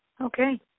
Okay